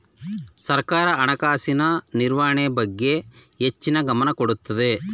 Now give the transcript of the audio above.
ಸರ್ಕಾರ ಹಣಕಾಸಿನ ನಿರ್ವಹಣೆ ಬಗ್ಗೆ ಹೆಚ್ಚಿನ ಗಮನ ಕೊಡುತ್ತದೆ